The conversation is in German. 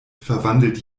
verwandelt